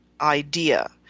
idea